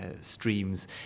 streams